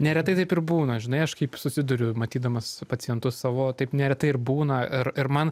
neretai taip ir būna žinai aš kaip susidūriu matydamas pacientus savo taip neretai ir būna ir ir man